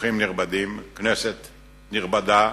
אורחים נכבדים, כנסת נכבדה,